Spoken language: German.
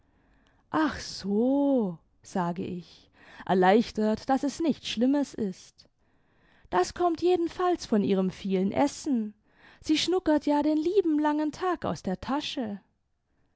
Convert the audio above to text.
so sage ich erleichtert daß es nichts schlimmes ist das konmit jedenfalls von ihrem vielen essen sie schnuckert ja den lieben langen tag aus der tasche